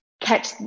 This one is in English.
catch